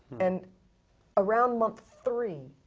and around month three,